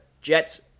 Jets